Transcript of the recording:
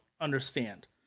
understand